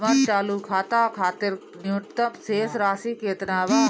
हमर चालू खाता खातिर न्यूनतम शेष राशि केतना बा?